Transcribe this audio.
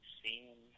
seen